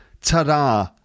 Ta-da